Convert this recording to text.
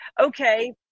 Okay